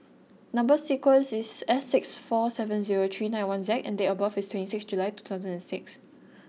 number sequence is S six four seven zero three nine one Z and date of birth is twenty six July two thousand and six